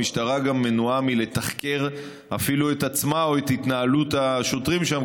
המשטרה מנועה מלתחקר אפילו את עצמה או את התנהלות השוטרים שם,